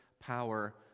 power